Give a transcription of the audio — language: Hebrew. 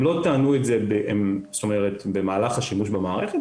הם לא טענו את זה במהלך השימוש במערכת,